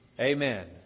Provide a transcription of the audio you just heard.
Amen